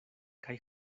kaj